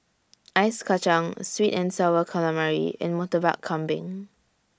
Ice Kachang Sweet and Sour Calamari and Murtabak Kambing